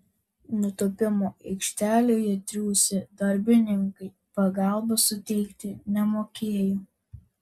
nutūpimo aikštelėje triūsę darbininkai pagalbos suteikti nemokėjo